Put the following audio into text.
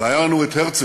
והיה לנו הרצל,